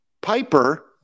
Piper